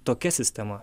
tokia sistema